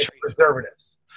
preservatives